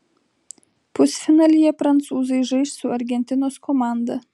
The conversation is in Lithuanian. pusfinalyje prancūzai žais su argentinos komanda